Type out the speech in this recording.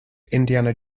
indiana